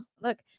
Look